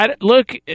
Look